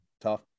Tough